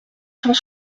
cent